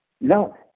No